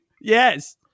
Yes